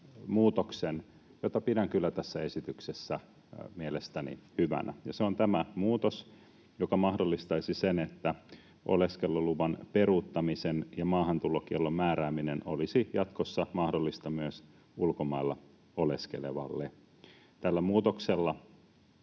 muutoksen, jota pidän kyllä tässä esityksessä mielestäni hyvänä. Se on tämä muutos, joka mahdollistaisi sen, että oleskeluluvan peruuttaminen ja maahantulokiellon määrääminen olisivat jatkossa mahdollisia myös ulkomailla oleskelevalle. Tämä muutos